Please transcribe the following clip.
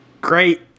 Great